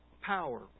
power